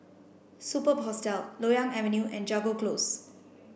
Superb Hostel Loyang Avenue and Jago Close